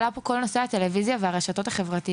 עלה פה כל נושא הטלוויזיה והרשתות החברתיות.